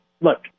Look